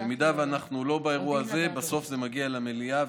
אם אנחנו לא באירוע הזה, בסוף זה מגיע למליאה.